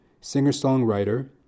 singer-songwriter